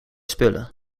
spullen